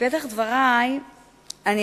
(קוראת את התשובה על שאילתא מס' 460, ראה לעיל.)